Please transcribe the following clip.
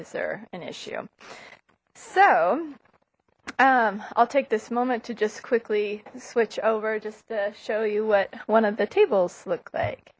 is there an issue so i'll take this moment to just quickly switch over just to show you what one of the tables look